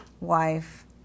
wife